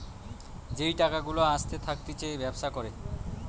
যেই টাকা গুলা আসতে থাকতিছে ব্যবসা করে